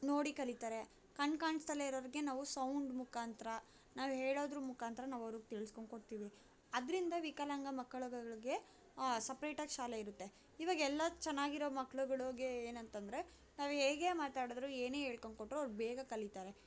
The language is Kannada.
ನೋಡಿ ಕಲಿತಾರೆ ಕಣ್ಣು ಕಾಣಿಸ್ದಲೆ ಇರೋರಿಗೆ ನಾವು ಸೌಂಡ್ ಮುಖಾಂತ್ರ ನಾವು ಹೇಳೋದ್ರ ಮುಖಾಂತ್ರ ನಾವು ಅವ್ರಿಗೆ ತಿಳಿಸ್ಕೊಂಡು ಕೊಡ್ತೀವಿ ಅದರಿಂದ ವಿಕಲಾಂಗ ಮಕ್ಕಳುಗಳಿಗೆ ಸಪ್ರೇಟ್ ಆಗಿ ಶಾಲೆ ಇರುತ್ತೆ ಇ ವಾಗ ಎಲ್ಲಾ ಚೆನ್ನಾಗಿರೊ ಮಕ್ಳುಗಳುಗೆ ಏನಂತಂದರೆ ನಾವು ಹೇಗೆ ಮಾತಾಡಿದರೂ ಏನೇ ಹೇಳ್ಕೊಂಡು ಕೊಟ್ಟರೂ ಅವರು ಬೇಗ ಕಲಿತಾರೆ